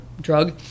drug